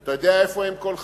אתה יודע איפה אם כל חטאת?